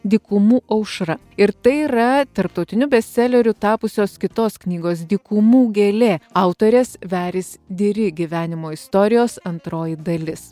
dykumų aušra ir tai yra tarptautiniu bestseleriu tapusios kitos knygos dykumų gėlė autorės veris diri gyvenimo istorijos antroji dalis